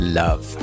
love